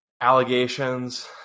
Allegations